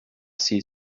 see